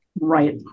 Right